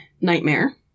Nightmare